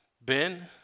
Ben